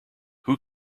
who